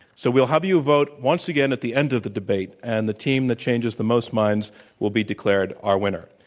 so we'll have you vote once again at the end of the debate, and the team that changes the most minds will be declared our winner.